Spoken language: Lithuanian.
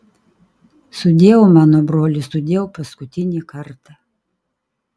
sudieu mano broli sudieu paskutinį kartą